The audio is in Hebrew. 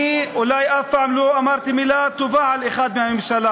אני אולי אף פעם לא אמרתי מילה טובה על אחד מהממשלה,